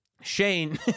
Shane